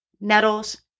nettles